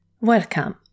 Welcome